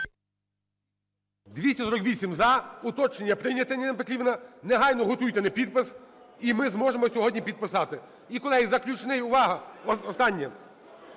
За-248 Уточнення прийнято, Ніна Петрівна. Негайно готуйте на підпис, і ми зможемо сьогодні підписати. І, колеги, заключний, увага! Останнє,